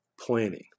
planning